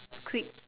quick